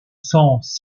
sans